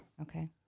Okay